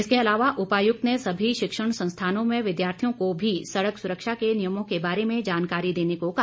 इसके अलावा उपायुक्त ने सभी शिक्षण संस्थानों में विद्यार्थियों को भी सड़क सुरक्षा के नियमों के बारे में जानकारी देने को कहा